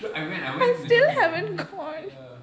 dude I went I went without you ya